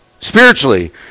spiritually